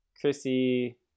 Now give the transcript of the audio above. Chrissy